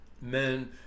men